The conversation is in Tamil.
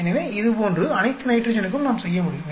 எனவே இது போன்று அனைத்து நைட்ரஜனுக்கும் நாம் செய்ய முடியும்